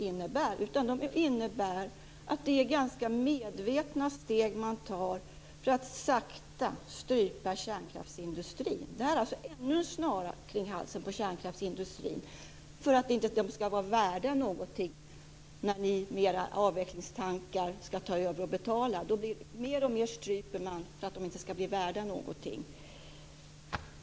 Förslaget innebär att ni tar ganska medvetna steg i riktningen mot att sakta strypa kärnkraftsindustrin. Ni lägger alltså ännu en snara kring halsen på kärnkraftsindustrin för att se till att den inte är värd någonting när ni med era avvecklingstankar ska ta över och betala. Ni stryper mer och mer för att kärnkraftsindustrin inte ska vara värd någonting.